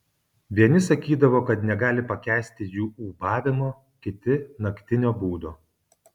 vieni sakydavo kad negali pakęsti jų ūbavimo kiti naktinio būdo